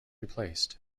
replaced